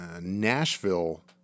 Nashville